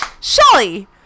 Shelly